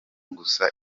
gusa